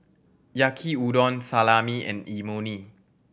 Yaki Udon Salami and Imoni